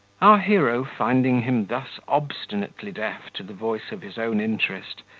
our hero finding him thus obstinately deaf to the voice of his own interest,